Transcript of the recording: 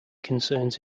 concerns